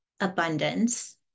abundance